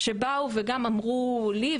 שבאו וגם אמרו לי,